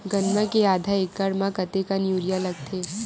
गन्ना के आधा एकड़ म कतेकन यूरिया लगथे?